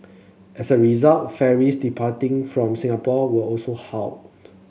as a result ferries departing from Singapore were also halted